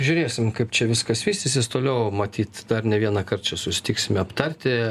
žiūrėsim kaip čia viskas vystysis toliau matyt dar ne vienąkart čia susitiksime aptarti